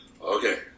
okay